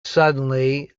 suddenly